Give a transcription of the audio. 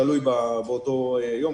תלוי באותו יום.